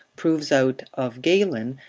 proves out of galen,